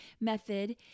method